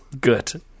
good